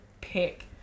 pick